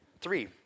Three